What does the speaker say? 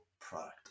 product